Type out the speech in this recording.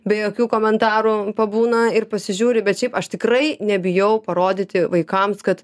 be jokių komentarų pabūna ir pasižiūri bet šiaip aš tikrai nebijau parodyti vaikams kad